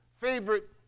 favorite